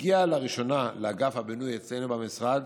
הגיעה לראשונה לאגף הבינוי אצלנו במשרד